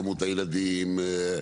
כמות הילדים,